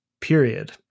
period